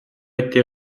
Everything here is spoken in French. été